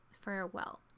farewell